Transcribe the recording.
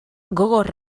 gogor